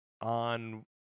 on